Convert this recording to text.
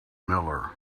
miller